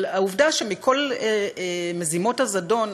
אבל העובדה שמכל מזימות הזדון,